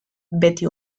beti